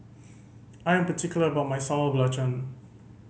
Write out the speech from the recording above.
I am particular about my Sambal Belacan